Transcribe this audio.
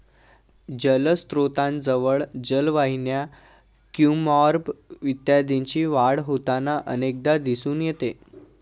जलस्त्रोतांजवळ जलवाहिन्या, क्युम्पॉर्ब इत्यादींची वाढ होताना अनेकदा दिसून येते